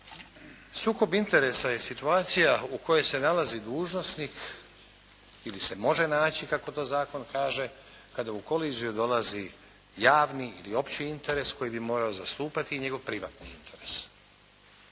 Sukob interesa je situacija u kojoj se nalazi dužnosnik ili se može naći, kako to zakon kaže, kada u koliziju dolazi javni ili opći interes koji bi morao zastupati i njegov privatni interes.